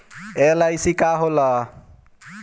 LIC का होला?